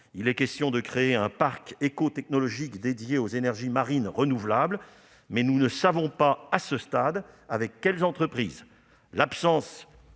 Il est question de créer un parc écotechnologique dédié aux énergies marines renouvelables, mais nous ne savons pas à ce stade avec quelles entreprises. L'absence